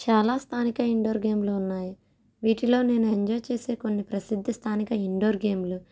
చాలా స్థానిక ఇండోర్ గేమ్లు ఉన్నాయి వీటిలో నేను ఎంజాయ్ చేసే కొన్ని ప్రసిద్ధ స్థానిక ఇండోర్ గేమ్లు